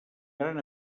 gran